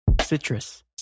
citrus